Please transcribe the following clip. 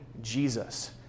Jesus